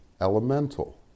elemental